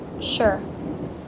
Sure